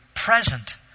Present